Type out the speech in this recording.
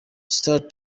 stuart